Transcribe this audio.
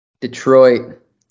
Detroit